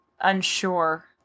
unsure